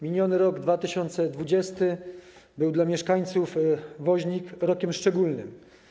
Miniony rok 2020 był dla mieszkańców Woźnik rokiem szczególnym.